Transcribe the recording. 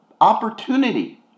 opportunity